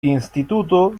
instituto